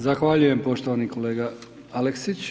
Zahvaljujem poštovani kolega Aleksić.